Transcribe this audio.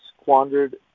squandered